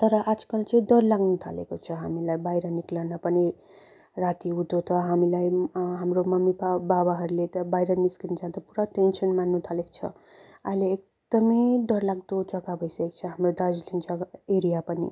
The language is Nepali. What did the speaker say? तर आजकल चाहिँ डर लाग्नु थालेको छ हामीलाई बाहिर निक्लन पनि राति हुँदो त हामीलाई अँ हाम्रो मम्मीबाबाहरूले त बाहिर निस्किन जाँदा पुरा टेनसन मान्नु थालेको छ अहिले एकदमै डरलाग्दो जग्गा भइसकेको छ हाम्रो दार्जिलिङ जग्गा एरिया पनि